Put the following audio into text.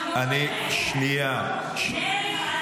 --- מילא אנחנו,